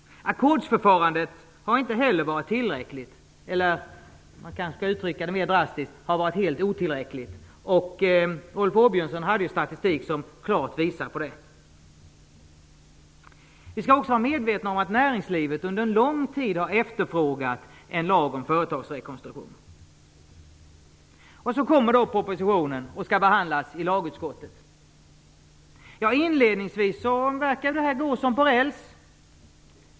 Ackordsförfarandet har inte heller varit tillräckligt. Kanske skall man uttrycka det mer drastiskt och säga att det har varit helt otillräckligt. Rolf Åbjörnsson hade statistik som klart visade på detta. Vi skall också vara medvetna om att näringslivet under en lång tid har efterfrågat en lag om företagsrekonstruktion. Så kommer propositionen och skall behandlas i lagutskottet. Inledningsvis verkar det gå som på räls.